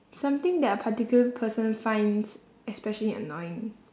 something that a particular person finds especially annoying